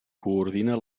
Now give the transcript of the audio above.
coordina